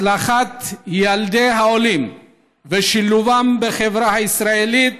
הצלחת ילדי העולים ושילובם בחברה הישראלית